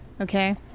okay